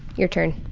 your turn.